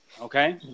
Okay